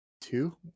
two